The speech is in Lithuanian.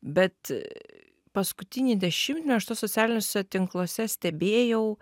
bet paskutinį dešimtmetį aš tuos socialiniuose tinkluose stebėjau